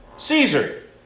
Caesar